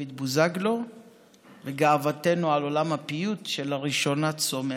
בוזגלו וגאוותנו על עולם הפיוט שלראשונה צומח.